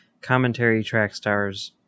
CommentaryTrackStars